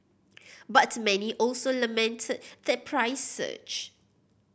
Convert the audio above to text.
but many also lamented the price surge